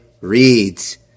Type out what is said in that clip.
reads